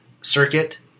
circuit